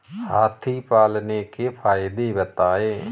हाथी पालने के फायदे बताए?